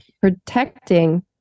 protecting